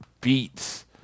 beats